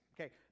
Okay